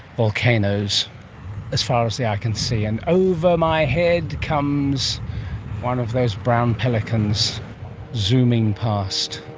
volcanoes as far as the eye can see. and over my head comes one of those brown pelicans zooming past